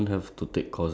ya